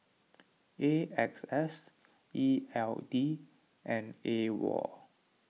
A X S E L D and Awol